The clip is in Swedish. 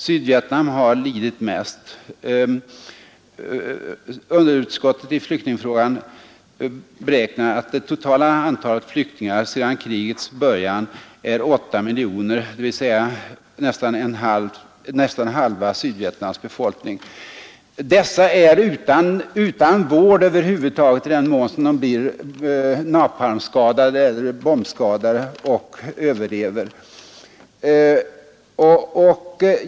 Sydvietnam har lidit mest: underutskottet i flyktingfrågan beräknar att det totala antalet flyktingar där sedan krigets början är 8 miljoner, dvs. nästa halva Sydvietnams befolkning. Dessa är utan vård över huvud taget, i den mån de överlever efter att ha blivit napalmskadade eller bombskadade.